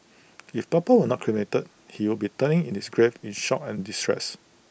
if papa were not cremated he would be turning in his grave in shock and distress